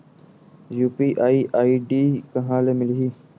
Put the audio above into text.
UPI ID कहां ले मिलही?